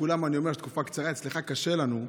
לכולם אני אומר: תקופה קצרה, אצלך קשה לנו.